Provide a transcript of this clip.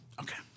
Okay